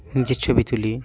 নিজের ছবি তুলি